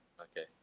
Okay